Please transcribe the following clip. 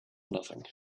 nothing